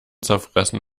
zerfressen